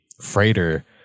freighter